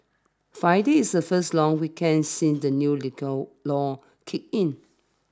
Friday is the first long weekend since the new liquor laws kicked in